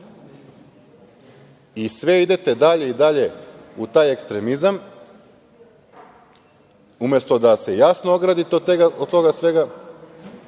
idete sve dalje i dalje u taj ekstremizam. Umesto da se jasno ogradite od svega